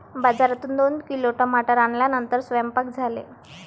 बाजारातून दोन किलो टमाटर आणल्यानंतर सेवन्पाक झाले